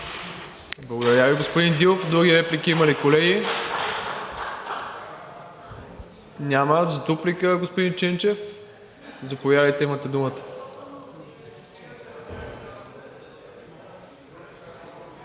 Благодаря Ви, господин Дилов. Други реплики има ли, колеги? Няма. За дуплика, господин Ченчев. Заповядайте, имате думата.